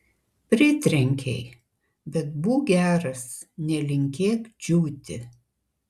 pritrenkei bet būk geras nelinkėk džiūti